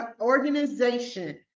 organization